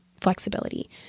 flexibility